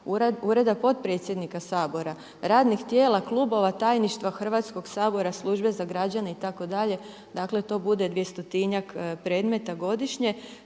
Ureda potpredsjednika Sabora, radnih tijela klubova, tajništva Hrvatskog sabora, službe za građane itd. Dakle, to bude dvjestotinjak predmeta godišnje.